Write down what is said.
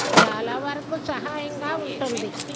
చాలా వరకు సహాయంగా ఉంటుంది